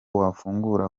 wafungura